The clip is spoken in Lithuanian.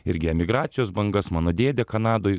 irgi emigracijos bangas mano dėdė kanadoj